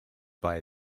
via